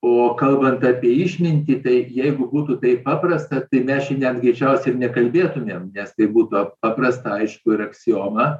o kalbant apie išmintį bei jeigu būtų taip paprasta tai mes čia net greičiausiai nekalbėtumėm nes tai būtų paprasta aišku ir aksioma